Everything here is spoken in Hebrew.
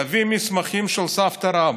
תביא מסמכים של סבתא רבתא.